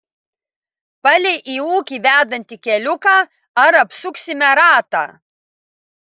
palei į ūkį vedantį keliuką ar apsuksime ratą